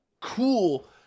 cool